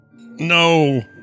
no